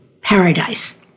paradise